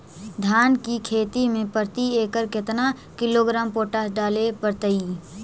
धान की खेती में प्रति एकड़ केतना किलोग्राम पोटास डाले पड़तई?